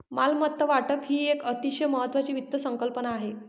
मालमत्ता वाटप ही एक अतिशय महत्वाची वित्त संकल्पना आहे